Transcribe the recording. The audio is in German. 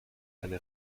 eine